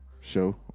Show